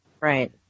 Right